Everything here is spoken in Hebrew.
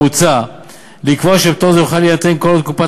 מוצע לקבוע שפטור זה יוכל להינתן כל עוד קופת